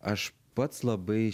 aš pats labai